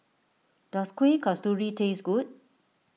does Kueh Kasturi taste good